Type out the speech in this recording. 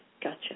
Gotcha